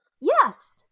Yes